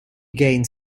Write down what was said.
gained